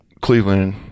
Cleveland